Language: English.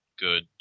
good